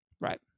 right